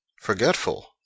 forgetful